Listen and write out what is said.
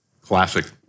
classic